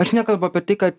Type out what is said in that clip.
aš nekalbu apie tai kad